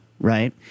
right